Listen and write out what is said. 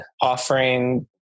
offering